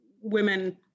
women